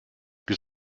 die